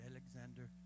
Alexander